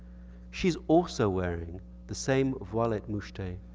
she's also wearing the same voilette mouchetee